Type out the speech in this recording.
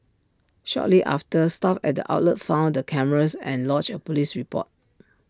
shortly after staff at the outlet found the cameras and lodged A Police report